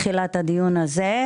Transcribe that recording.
בתחילת הדיון הזה,